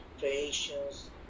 Creations